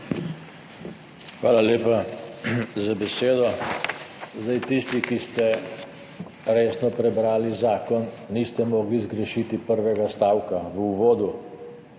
Hvala lepa za besedo. Tisti, ki ste resno prebrali zakon, niste mogli zgrešiti prvega stavka v uvodu,